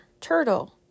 Turtle